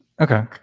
Okay